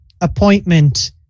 appointment